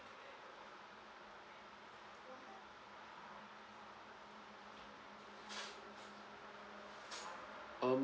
um